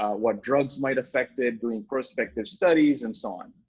what drugs might affect it, doing prospective studies and so on.